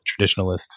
traditionalist